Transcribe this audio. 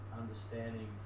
understanding